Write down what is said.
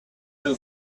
who